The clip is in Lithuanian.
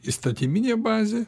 įstatyminė bazė